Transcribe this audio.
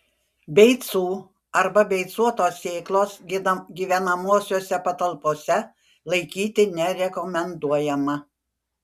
beicų arba beicuotos sėklos gyvenamosiose patalpose laikyti nerekomenduojama